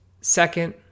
Second